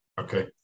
Okay